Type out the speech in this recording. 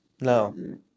no